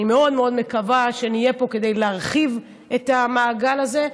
אני מאוד מאוד מקווה שנהיה פה כדי להרחיב את המעגל הזה,